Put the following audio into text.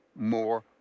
more